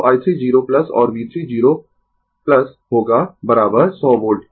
तो i 3 0 और V 3 0 होगा 100 वोल्ट